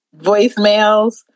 voicemails